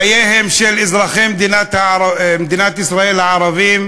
שחייהם של אזרחי מדינת ישראל הערבים